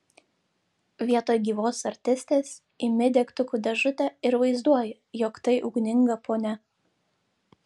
vietoj gyvos artistės imi degtukų dėžutę ir vaizduoji jog tai ugninga ponia